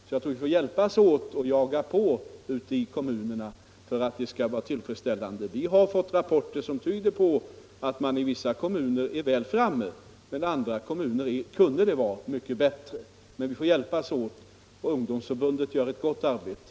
Jag tror att vi får hjälpas åt att jaga på ute i kommunerna för att beredskapen skall bli tillfredsställande. Vi har rapporter som tyder på att man i vissa kommuner är väl framme men att det i andra kommuner kunde vara mycket bättre. Men vi får som sagt hjälpas åt. Ungdomsförbundet gör ett gott arbete.